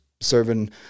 serving